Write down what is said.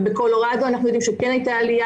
בקולורדו אנחנו יודעים שהייתה עלייה